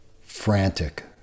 frantic